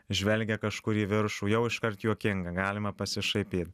žvelgia kažkur į viršų jau iškart juokinga galime pasišaipyt